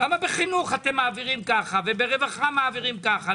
למה בחינוך אתם מעבירים ככה, וברווחה מעבירים ככה?